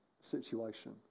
situation